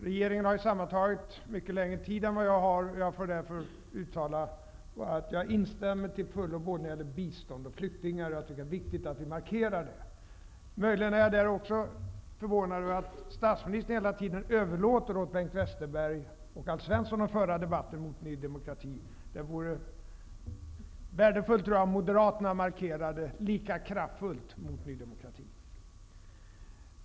Regeringen har sammantaget längre taletid än vad jag har. Jag får därför uttala att jag instämmer till fullo när de gäller både bistånd och flyktingar. Jag tycker att det är viktigt att markera detta. Jag är möjligen förvånad över att statsministern hela tiden överlåter åt Bengt Westerberg och Alf Svensson att föra debatten mot Ny demokrati. Det vore värdefullt om Moderaterna gjorde en lika kraftfull markering mot Ny demokrati.